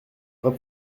vrai